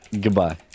Goodbye